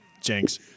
Jinx